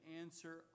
answer